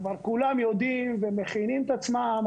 כבר כולם יודעים ומכינים את עצמם,